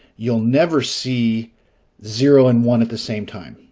you'll never see zero and one at the same time,